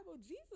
Jesus